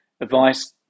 advice